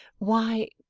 why,